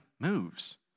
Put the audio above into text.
moves